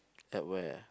at where